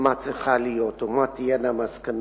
מה צריכה להיות או מה תהיינה המסקנות,